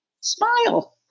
smile